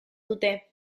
dute